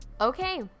Okay